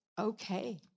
okay